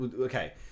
Okay